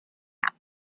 camp